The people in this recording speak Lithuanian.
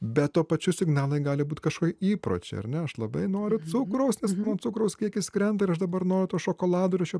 bet tuo pačiu signalai gali būt kažkokie įpročiai ar ne aš labai noriu cukraus nes cukraus kiekis krenta ir aš dabar noriu to šokolado ir aš jo